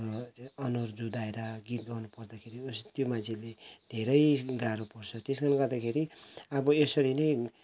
अनुहार जुदाएर गीत गाउनु पर्दाखेरि त्यो मान्छेले धेरै गाह्रो पर्छ त्यस कारणले गर्दाखेरि अब यसरी नै